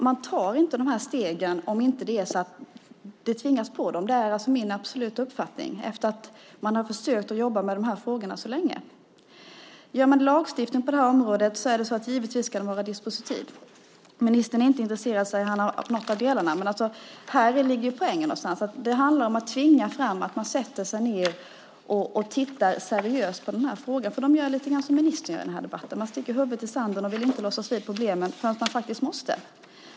Man tar inte dessa steg om man inte blir tvingad till det. Det är min absoluta uppfattning. Man har ju försökt jobba med dessa frågor mycket länge. Om man lagstiftar på detta område ska lagstiftningen givetvis vara dispositiv. Ministern säger att han inte är intresserad av någondera form av lagstiftning. Men poängen är att det handlar om att tvinga fram ändringar, att sätta sig ned och se seriöst på dessa frågor. De gör lite grann som ministern i denna debatt, sticker huvudet i sanden och vill inte låtsas om problemet. Men det måste man.